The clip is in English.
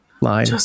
line